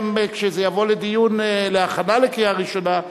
גם כשזה יבוא לדיון להכנה לקריאה ראשונה.